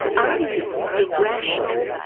are you the rational,